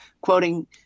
quoting